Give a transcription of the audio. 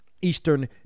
Eastern